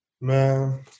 Man